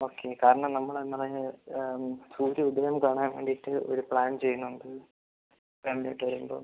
okay കാരണം നമ്മൾ ഇന്നലെ സൂര്യ ഉദയം കാണാൻ വേണ്ടിയിട്ട് ഒര് പ്ലാൻ ചെയ്യുന്നുണ്ട് കണ്ടിട്ട് വരുമ്പോൾ